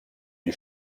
die